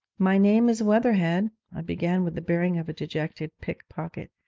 my name is weatherhead i began, with the bearing of a detected pickpocket.